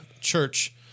church